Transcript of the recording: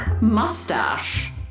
Mustache